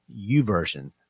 uversion